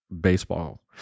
baseball